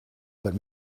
but